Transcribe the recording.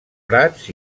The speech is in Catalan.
prats